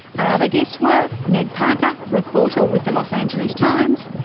our other guests were ned parker, reporter with the los angeles times,